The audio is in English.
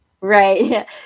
right